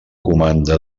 comanda